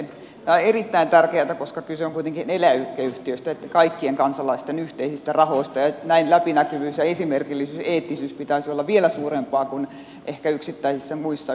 tämä on erittäin tärkeätä koska kyse on kuitenkin eläkeyhtiöistä kaikkien kansalaisten yhteisistä rahoista ja näin läpinäkyvyyden ja esimerkillisyyden eettisyyden pitäisi olla vielä suurempaa kuin ehkä yksittäisissä muissa yhtiöissä